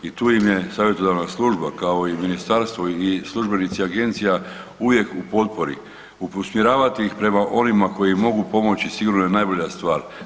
I tu im je Savjetodavna služba kao i ministarstvo i službenici agencija uvijek u potpori, usmjeravati ih prema onima koji mogu pomoći sigurno je najbolja stvar.